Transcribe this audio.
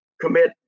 commit